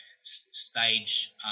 stage